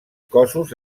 cossos